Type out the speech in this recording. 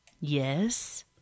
Yes